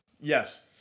Yes